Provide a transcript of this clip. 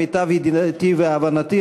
למיטב ידיעתי והבנתי,